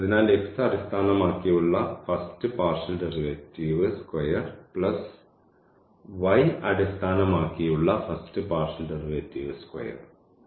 അതിനാൽ x അടിസ്ഥാനമാക്കിയുള്ള first partial derivative square plus y അടിസ്ഥാനമാക്കിയുള്ള ഫസ്റ്റ് പാർഷ്യൽ ഡെറിവേറ്റീവ് സ്ക്വയർ